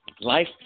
Life